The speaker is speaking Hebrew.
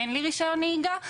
אין לי רישיון נהיגה,